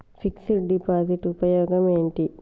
Fix డ్ deposit ఉపయోగం ఏంటి?